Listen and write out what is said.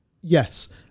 Yes